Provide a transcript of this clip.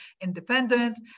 independent